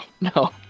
no